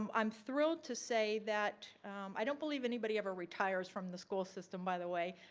um i'm thrilled to say that i don't believe anybody ever retires from the school system by the way,